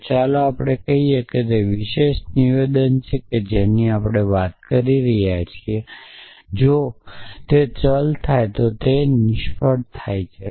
તો ચાલો આપણે કહીએ કે તે વિશેષ નિવેદન કે જેના વિશે આપણે વાત કરી રહ્યા છીએ જો ચલ થાય છે તો વળતર નિષ્ફળતા આવે છે